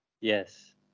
Yes